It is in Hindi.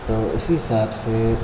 तो उसी हिसाब से